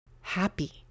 happy